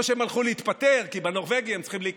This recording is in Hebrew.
או שהם הלכו להתפטר, כי בנורבגי הם צריכים.